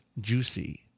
juicy